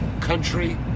country